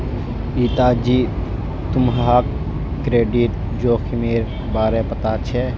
रीता जी, तुम्हाक क्रेडिट जोखिमेर बारे पता छे?